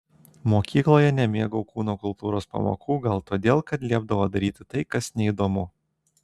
mokykloje nemėgau kūno kultūros pamokų gal todėl kad liepdavo daryti tai kas neįdomu